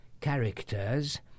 characters